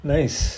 Nice